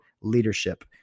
leadership